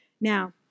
Now